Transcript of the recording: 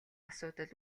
асуудал